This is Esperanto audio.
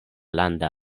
landa